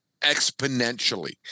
exponentially